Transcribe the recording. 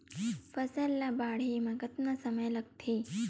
फसल ला बाढ़े मा कतना समय लगथे?